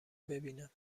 ببینم